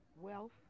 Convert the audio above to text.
Wealth